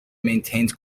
maintains